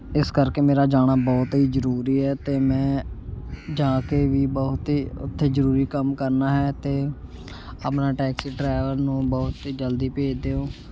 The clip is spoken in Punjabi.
ਇਸ ਕਰਕੇ ਮੇਰਾ ਜਾਣਾ ਬਹੁਤ ਹੀ ਜ਼ਰੂਰੀ ਹੈ ਅਤੇ ਮੈਂ ਜਾ ਕੇ ਵੀ ਬਹੁਤ ਹੀ ਉੱਥੇ ਜ਼ਰੂਰੀ ਕੰਮ ਕਰਨਾ ਹੈ ਅਤੇ ਆਪਣਾ ਟੈਕਸੀ ਡਰੈਵਰ ਨੂੰ ਬਹੁਤ ਹੀ ਜਲਦੀ ਭੇਜ ਦਿਓ